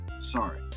Sorry